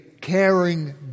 caring